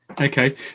okay